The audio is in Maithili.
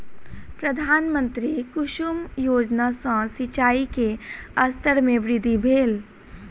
प्रधानमंत्री कुसुम योजना सॅ सिचाई के स्तर में वृद्धि भेल